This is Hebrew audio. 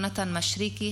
יונתן מישרקי,